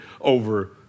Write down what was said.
over